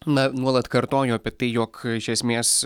na nuolat kartojo apie tai jog iš esmės